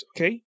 Okay